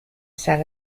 sat